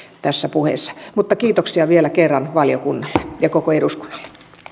tässä puheessa mutta kiitoksia vielä kerran valiokunnalle ja koko eduskunnalle